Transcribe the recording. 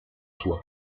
sua